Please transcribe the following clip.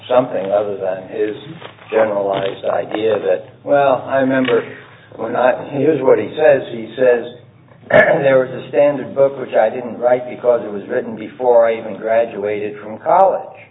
something of that his generalized idea that well i remember when not to use what he says he says there was a standard book which i didn't write because it was written before i even graduated from college